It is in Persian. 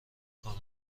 کند